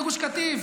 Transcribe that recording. בגירוש קטיף,